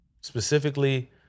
Specifically